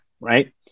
right